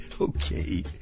Okay